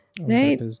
Right